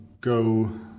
go